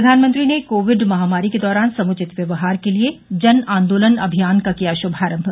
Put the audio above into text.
प्रधानमंत्री ने कोविड महामारी के दौरान समूचित व्यवहार के लिए जन आंदोलन अभियान का किया शुभारंभ